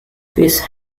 these